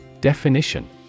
Definition